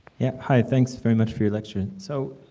yeah hi thanks very much for your lecture so